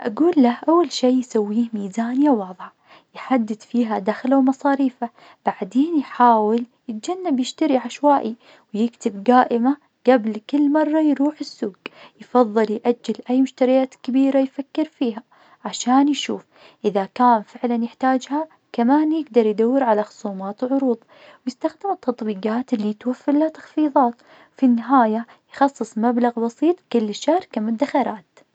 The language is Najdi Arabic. ول أقول له اول شيء يسويه ميزانية واضحة يحدد فيها دخله ومصاريفه بعدين يحاول يتجنب يشتري عشوائي ويكتب قائمة قبل كل مرة يروح السوق يفضل يأجل أي مشتريات كبيرة يفكر فيها عشان يشوف إذا كان فعلا يحتاجها كمان يقدر يدور على خصومات صاروا يستخدموا التطبيقات اللي توفر له تخفيضات في النهاية يخصص مبلغ بسيط كل شهر كمنتخبات